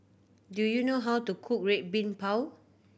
do you know how to cook Red Bean Bao